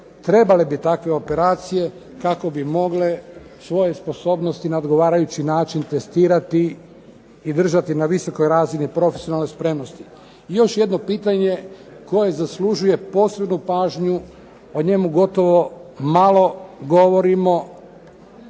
trebale bi takve operacije kako bi mogle svoje sposobnosti na odgovarajući način testirati i držati na visokoj razini profesionalne spremnosti. Još jedno pitanje koje zaslužuje posebnu pažnju. O njemu gotovo malo govorimo.